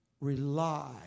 rely